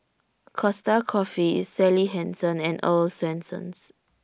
Costa Coffee Sally Hansen and Earl's Swensens